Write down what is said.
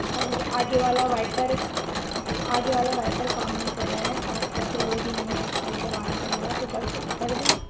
और आगे वाला वाएपर जी आगे वाला वाएपर काम नहीं कर रहा है कार का तो वह भी हमें सही करवाना पड़ेगा तो कर सक कर दें